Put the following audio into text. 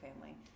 family